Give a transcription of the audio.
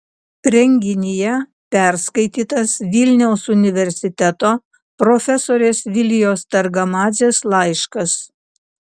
renginyje perskaitytas vilniaus universiteto profesorės vilijos targamadzės laiškas